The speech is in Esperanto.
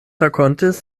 rakontis